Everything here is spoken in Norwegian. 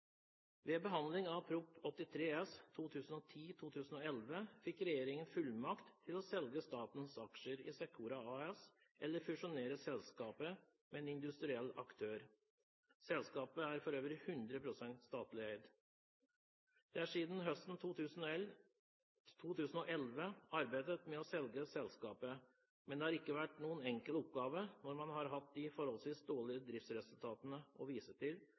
Ved behandling av Prop. 83 S for 2010–2011 fikk regjeringen fullmakt til å selge statens aksjer i Secora AS eller fusjonere selskapet med en industriell aktør. Selskapet er for øvrig 100 pst. statlig eid. Det er siden høsten 2011 arbeidet med å selge selskapet, men det har ikke vært noen enkel oppgave når man har hatt de forholdsvis dårlige driftsresultatene å vise til,